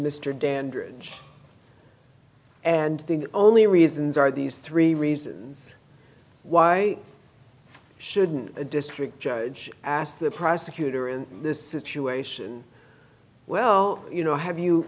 dandridge and the only reasons are these three reasons why shouldn't a district judge asked the prosecutor in this situation well you know have you